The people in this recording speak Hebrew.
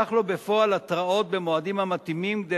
תשלח לו בפועל התראות במועדים המתאימים כדי